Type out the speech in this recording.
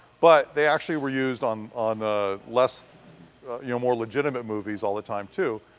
but they actually were used on on ah less you know, more legitimate movies all the time too.